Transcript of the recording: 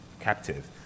captive